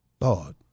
Lord